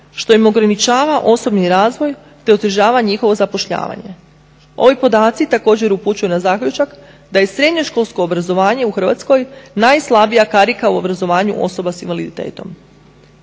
što im ograničava osobni razvoj te uzdržava njihovo zapošljavanje. Ovi podaci također upućuju na zaključak da je srednjoškolsko obrazovanje u Hrvatskoj najslabija karika u obrazovanju osoba s invaliditetom.